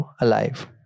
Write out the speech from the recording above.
alive